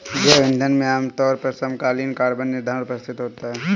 जैव ईंधन में आमतौर पर समकालीन कार्बन निर्धारण उपस्थित होता है